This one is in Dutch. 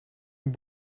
een